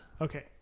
Okay